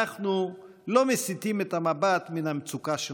אנחנו לא מסיטים את המבט מן המצוקה שלכם.